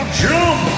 jump